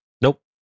Nope